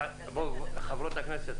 חברות הכנסת,